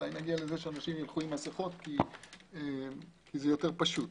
אולי נגיע לזה שאנשים ילכו עם מסכות כי זה יותר פשוט.